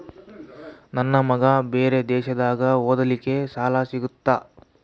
ನನ್ನ ಮಗ ಬೇರೆ ದೇಶದಾಗ ಓದಲಿಕ್ಕೆ ಸಾಲ ಸಿಗುತ್ತಾ?